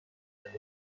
ترجیح